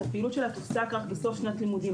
הפעילות שלה תופסק רק בסוף שנת לימודים.